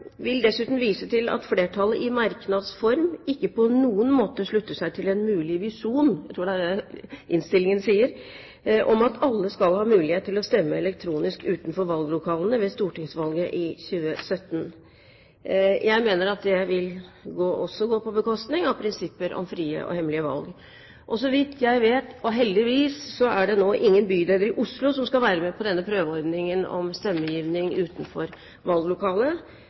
vil dessuten vise til at flertallet i merknads form ikke på noen måte slutter seg til en mulig visjon – jeg tror det er det som står i innstillingen – om at alle skal ha mulighet til å stemme elektronisk utenfor valglokale ved stortingsvalget i 2017. Jeg mener at det også vil gå på bekostning av prinsippet om frie og hemmelige valg. Så vidt jeg vet, og heldigvis, er det nå ingen bydeler i Oslo som skal være med på denne prøveordningen om stemmegivning utenfor valglokale.